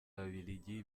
ababiligi